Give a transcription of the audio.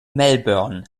melbourne